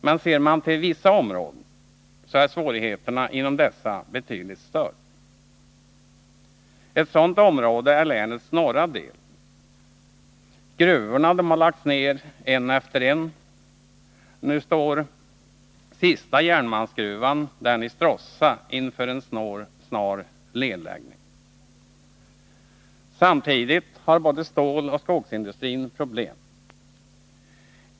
Men ser man till vissa områden finner man att svårigheterna inom dessa är betydligt större. Ett sådant område är länets norra del. Gruvorna har lagts ned en efter en. Nu står den sista järnmalmsgruvan, den i Stråssa, inför en snar nerläggning. Samtidigt har både ståloch skogsindustrin problem.